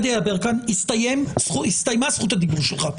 יברקן, הסתיימה זכות הדיבור שלך.